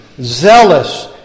zealous